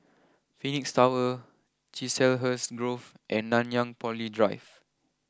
Phoenix Tower Chiselhurst Grove and Nanyang Poly Drive